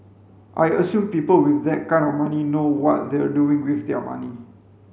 I assume people with that kind of money know what they're doing with their money